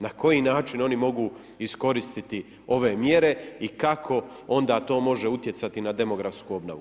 Na koji način oni mogu iskoristiti ove mjere i kako onda to može utjecati na demografsku obnovu.